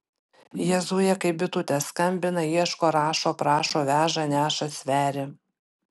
jie zuja kaip bitutės skambina ieško rašo prašo veža neša sveria